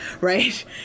Right